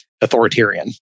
authoritarian